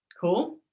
Cool